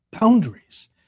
boundaries